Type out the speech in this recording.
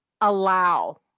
allow